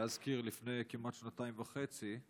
להזכיר, לפני כמעט שנתיים וחצי,